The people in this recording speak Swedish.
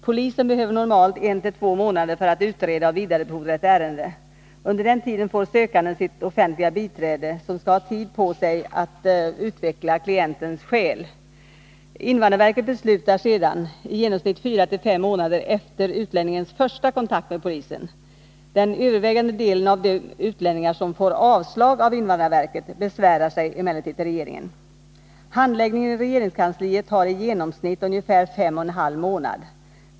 Polisen behöver normalt en till två månader för att utreda och vidarebefordra ett ärende. Under den tiden får sökanden sitt offentliga biträde, som skall ha tid på sig att utveckla klientens skäl. Invandrarverket beslutar sedan i genomsnitt fyra till fem månader efter utlänningens första kontakt med polisen. Den övervägande delen av de utlänningar som får avslag av invandrarverket besvärar sig emellertid till regeringen. Handläggningen i regeringskansliet tar i genomsnitt ungefär fem och en halv månad.